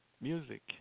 music